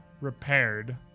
repaired